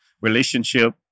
relationship